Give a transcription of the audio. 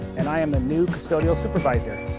and i am the new custodial supervisor.